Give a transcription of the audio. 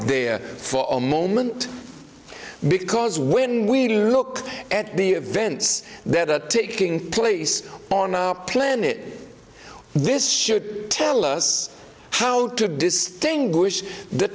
there for a moment because when we look at the events that are taking place on our planet this should tell us how to distinguish the